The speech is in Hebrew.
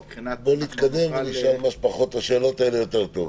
בוא נתקדם ונשאל כמה שפחות את האלה, יותר טוב.